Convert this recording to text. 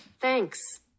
Thanks